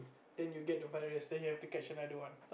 then you get the virus then you have to catch the other one